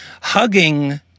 Hugging